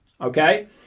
Okay